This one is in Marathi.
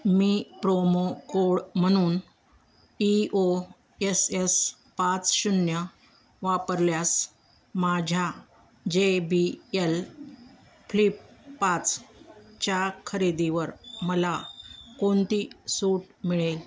मी प्रोमो कोड म्हणून ई ओ एस एस पाच शून्य वापरल्यास माझ्या जे बी यल फ्लिप पाचच्या खरेदीवर मला कोणती सूट मिळेल